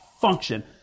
function